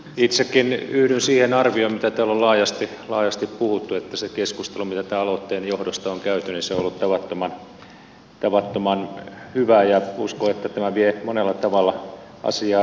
itsekin yhdyn siihen arvioon mitä täällä on laajasti puhuttu että se keskustelu mitä tämän aloitteen johdosta on käyty on ollut tavattoman hyvää ja uskon että tämä vie monella tavalla asiaa eteenpäin